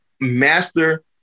master